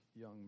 young